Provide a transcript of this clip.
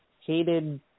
hated